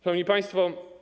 Szanowni Państwo!